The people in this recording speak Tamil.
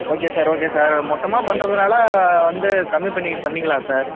ஓகே சார் ஓகே சார் மொத்தமாக பண்ணுறதுனால வந்து கம்மி பண்ணி பண்ணிக்கலாம் சார்